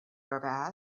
arab